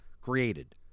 created